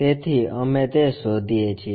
તેથી અમે તે શોધીએ છીએ